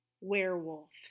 Werewolves